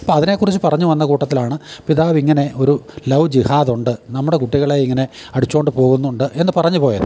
അപ്പം അതിനെക്കുറിച്ച് പറഞ്ഞ് വന്ന കൂട്ടത്തിലാണ് പിതാവ് ഇങ്ങനെ ഒരു ലൗ ജിഹാതൊണ്ട് നമ്മുടെ കുട്ടികളെ ഇങ്ങനെ അടിച്ചോണ്ട് പോകുന്നുണ്ട് എന്ന് പറഞ്ഞ് പോയത്